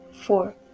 four